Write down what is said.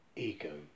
Ego